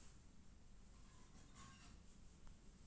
वन प्रबंधन आ लकड़ी उत्पादन सं संबंधित समस्याक निदान वन इंजीनियरक काज छियै